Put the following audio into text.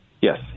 Yes